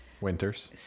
Winters